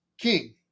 king